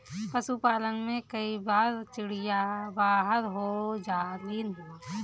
पशुपालन में कई बार चिड़िया बाहर हो जालिन